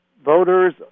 Voters